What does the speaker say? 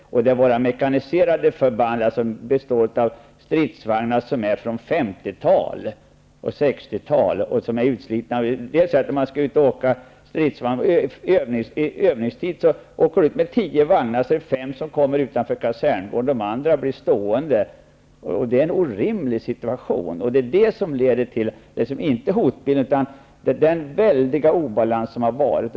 De mekaniserade förbanden består av stridsvagnar från 50 och 60-talen och som därmed är utslitna. Om ett förband skall åka ut på övning med tio vagnar är det fem som tar sig ut utanför kaserngården. De andra blir stående. Det är en orimlig situation. Det är det här, inte hotbilden, som har lett till den väldiga obalansen.